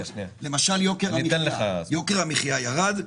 למשל יוקר המחיה ירד?